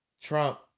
Trump